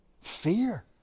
Fear